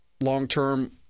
long-term